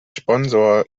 sponsor